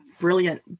brilliant